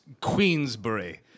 Queensbury